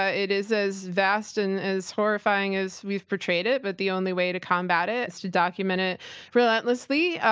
ah it is as vast and as horrifying as we've portrayed it, but the only way to combat it is to document it relentlessly,